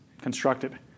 constructed